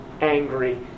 angry